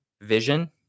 vision